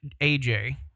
AJ